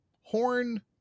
Horn